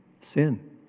Sin